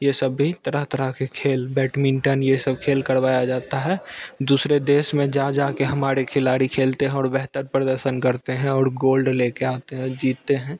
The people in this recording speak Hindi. यह सब भी तरह तरह के खेल बैटमिन्टन यह सब खेल करवाया जाता है दूसरे देश में जा जा कर हमारे खिलाड़ी खेलते हैं और बेहतर प्रदर्शन करते हैं और गोल्ड ले कर आते हैं जीतते हैं